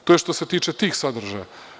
To što se tiče tih sadržaja.